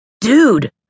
Dude